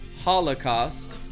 holocaust